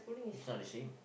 it's not a shame